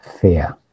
fear